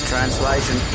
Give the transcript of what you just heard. Translation